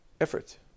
effort